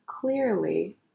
clearly